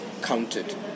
counted